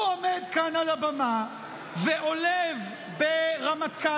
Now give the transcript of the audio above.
עומד כאן על הבמה ועולב ברמטכ"לים,